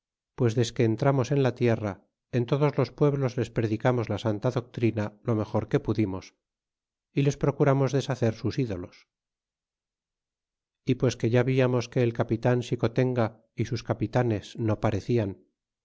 pues desque entramos en la tierra en todos los pueblos les predicamos la santa doctrina lo mejor que pudimos y les procuramos deshacer sus idolos y pues que ya viamos que el capitan xicotenga ni sus capitanías no parecian